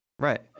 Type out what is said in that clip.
Right